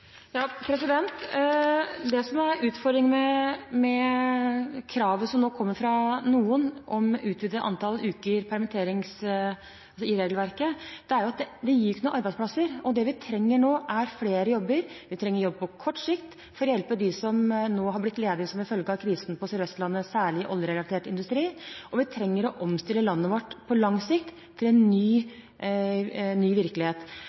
det på plass? Det som er utfordringen med kravet som nå kommer fra noen om å utvide antall permitteringsuker i regelverket, er jo at det ikke gir noen arbeidsplasser, og det vi trenger nå, er flere jobber. Vi trenger jobber på kort sikt for å hjelpe dem som nå har blitt ledige som en følge av krisen på Sør-Vestlandet, særlig i oljerelatert industri, og vi trenger å omstille landet vårt på lang sikt til en ny virkelighet.